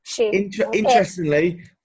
interestingly